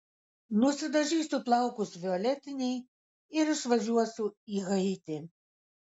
nusidažysiu plaukus violetiniai ir išvažiuosiu į haitį